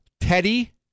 Teddy